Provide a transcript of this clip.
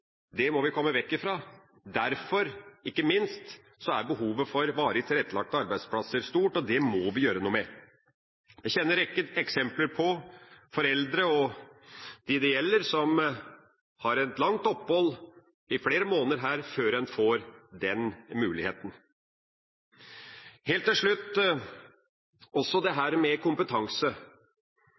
Det må vi komme vekk ifra. Derfor, ikke minst, er behovet for varig tilrettelagte arbeidsplasser stort, og det må vi gjøre noe med. Jeg kjenner en rekke eksempler på foreldre og personer det gjelder, som har et langt opphold på flere måneder før en får den muligheten. Helt til slutt – kompetanse: